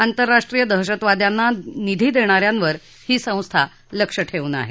आंतरराष्ट्रीय दहशत वाद्यांना निधी देणा यांवर ही संस्था लक्ष ठेवून असते